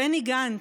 בני גנץ,